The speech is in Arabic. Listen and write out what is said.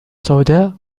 سوداء